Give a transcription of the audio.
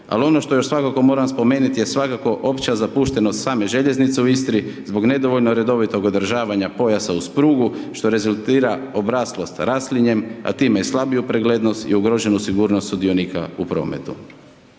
ali ono što još svakako moram spomenuti, je svakako opća zapuštenost same željeznice u Istri zbog nedovoljnog redovitog održavanja pojasa uz prugu, što rezultira obraslost raslinjem a time i slabiju preglednost i ugroženu sigurnost sudionika u prometu.